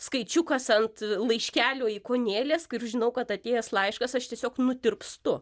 skaičiukas ant laiškelio ikonėlės kur žinau kad atėjęs laiškas aš tiesiog nutirpstu